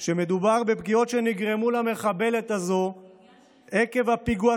שמדובר בפגיעות שנגרמו למחבלת הזאת עקב פיגוע